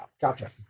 Gotcha